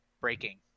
breaking